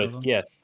yes